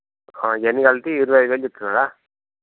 ఇవ్వన్నీ కలిపి ఇరవై ఐదు వేలు చెప్తున్నారా